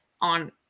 on –